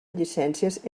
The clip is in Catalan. llicències